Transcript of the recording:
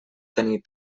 tenir